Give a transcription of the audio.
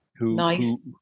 Nice